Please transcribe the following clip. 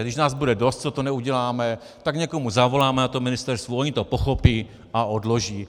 Když nás bude dost, co to neuděláme, tak někomu zavoláme na tom ministerstvu, oni to pochopí a odloží.